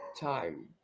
time